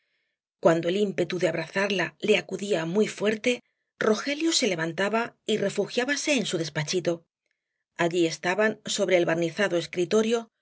cuando el ímpetu de abrazarla le acudía muy fuerte rogelio se levantaba y refugiábase en su despachito allí estaban sobre el barnizado escritorio